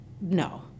No